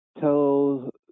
tell